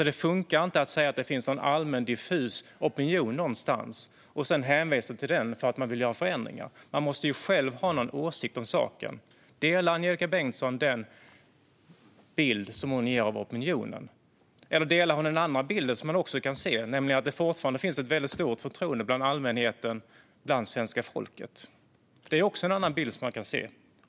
Det funkar inte att säga att det finns någon allmän, diffus opinion någonstans och sedan hänvisa till den för att man vill göra förändringar. Man måste ju själv ha någon åsikt om saken. Håller Angelika Bengtsson med om den bild som hon ger av opinionen? Eller håller hon med om en annan bild som man kan se, nämligen att det fortfarande finns ett väldigt stort förtroende bland allmänheten och bland svenska folket? Detta är också en bild man kan se.